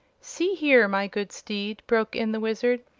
see here, my good steed, broke in the wizard,